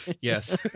Yes